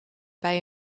bij